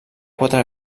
quatre